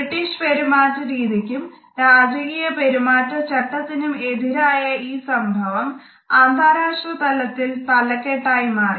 British പെരുമാറ്റ രീതിക്കും രാജകീയ പെരുമാറ്റചട്ടത്തിനും എതിരായ ഈ സംഭവം അന്താരാഷ്ട്ര തലത്തിൽ തലക്കെട്ടായി മാറി